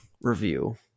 review